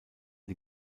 die